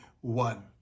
one